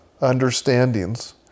understandings